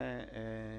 הם